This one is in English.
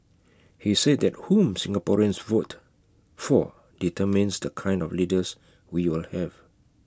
he said that whom Singaporeans vote for determines the kind of leaders we will have